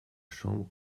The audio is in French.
chambre